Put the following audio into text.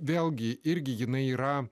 vėlgi irgi jinai yra